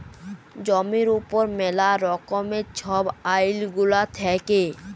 জমির উপর ম্যালা রকমের ছব আইল গুলা থ্যাকে